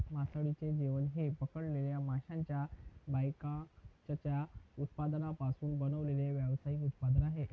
मासळीचे जेवण हे पकडलेल्या माशांच्या बायकॅचच्या उत्पादनांपासून बनवलेले व्यावसायिक उत्पादन आहे